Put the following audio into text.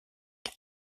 elle